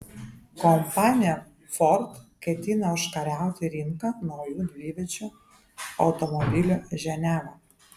kompanija ford ketina užkariauti rinką nauju dviviečiu automobiliu ženeva